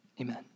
Amen